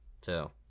Two